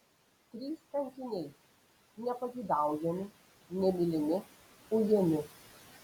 trys kankiniai nepageidaujami nemylimi ujami